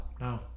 No